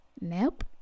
Nope